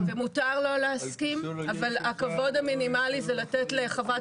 ומותר לא להסכים אבל הכבוד המינימלי זה לתת לחברת